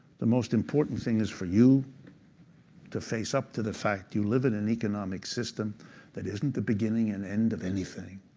the most important thing is for you to face up to the fact you live in an economic system that isn't the beginning and end of anything,